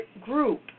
group